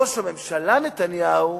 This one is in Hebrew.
ראש הממשלה נתניהו